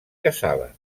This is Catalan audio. caçaven